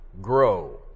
grow